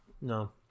No